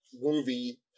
movie